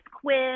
quiz